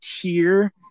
tier